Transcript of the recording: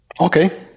Okay